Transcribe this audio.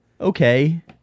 okay